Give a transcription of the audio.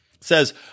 says